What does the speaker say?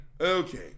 Okay